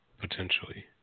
potentially